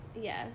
Yes